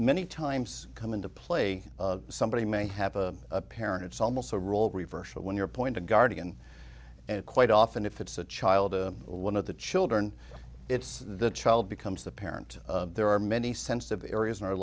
many times come into play somebody may have a parent it's almost a role reversal when you're point a guardian and quite often if it's a child or one of the children it's the child becomes the parent there are many sensitive areas in